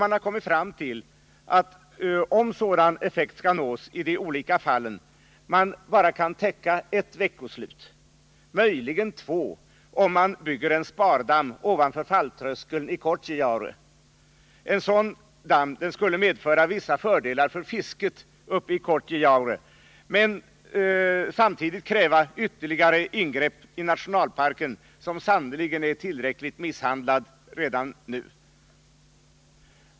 Man har kommit fram till att om full effekt skall nås vid de olika fallen kan man täcka in endast ett veckoslut eller möjligen två, om man bygger en spardamm ovanför falltröskeln i Kårtjejaure. En sådan damm skulle medföra vissa fördelar för fisket uppe i Kårtjejaure men samtidigt kräva ytterligare ingrepp i nationalparken, som sannerligen är tillräckligt misshandlad redan nu.